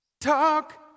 Talk